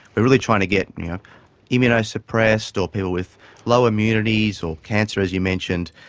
are really trying to get immunosuppressed or people with low immunities or cancer, as you mentioned,